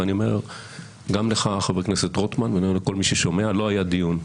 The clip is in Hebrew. ואני אומר גם לך חבר הכנסת רוטמן ואני אומר לכל מי שומע שלא היה דיון.